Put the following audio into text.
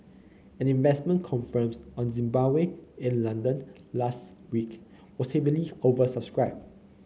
an investment conference on Zimbabwe in London last week was heavily oversubscribed